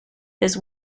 his